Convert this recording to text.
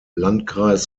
landkreis